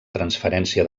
transferència